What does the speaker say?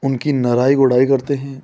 उनकी नराई गोड़ाई करते हैं